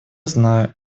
знаю